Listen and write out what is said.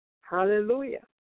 Hallelujah